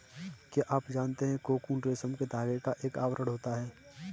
क्या आप जानते है कोकून रेशम के धागे का एक आवरण होता है?